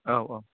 औ औ